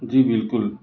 جی بالکل